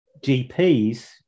GPs